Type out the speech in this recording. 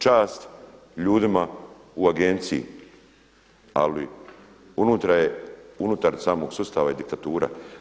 Čas ljudima u agenciji ali unutra je, unutar samog sustava je diktatura.